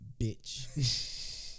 bitch